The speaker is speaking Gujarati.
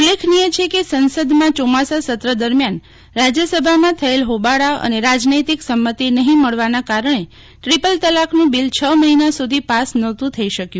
ઉલ્લેખનીય છે કે સંસદમાં ચોમાસા સત્ર દરમિયાન રાજ્યસભામાં થયેલ હોબાળા અને રાજનૈતિક સંમતિ નહીં મળવાનાં કારણે ટ્રિપલ તલાકનું બિલ છ મહિના સુધી પાસ નહતું થઈ શક્યું